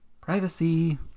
Privacy